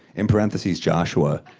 in parentheses, joshua.